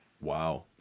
Wow